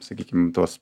sakykim tuos